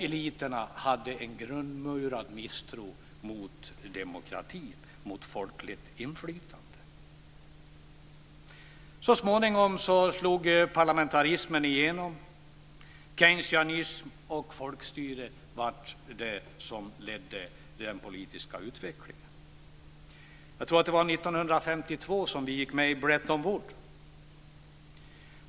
Eliterna hade en grundmurad misstro mot demokratin, mot folkligt inflytande. Så småningom slog parlamentarismen igenom. Keynesianism och folkstyre blev det som ledde den politiska utvecklingen. Jag tror att det var 1952 som vi gick vi med i Bretton Woods.